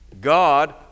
God